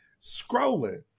scrolling